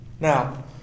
Now